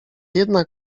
jednak